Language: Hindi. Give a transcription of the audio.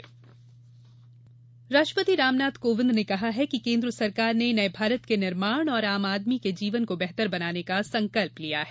बजट सत्र राष्ट्रपति राम नाथ कोविंद ने कहा है कि केन्द्र सरकार ने नए भारत के निर्माण और आम आदमी के जीवन को बेहतर बनाने का संकल्प लिया है